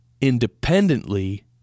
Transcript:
Independently